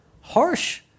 harsh